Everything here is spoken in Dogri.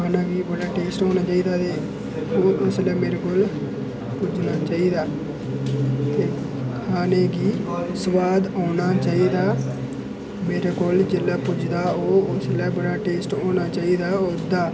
खाना बी बड़ा टेस्ट होना चाहिदा ते उसलै मेरे कोल पुज्जना चाहिदा ते खाने गी स्वाद औना चाहिदा मेरे कोल जिसलै पुजदा ओह् उसलै बड़ा टेस्ट होना चाहिदा उसदा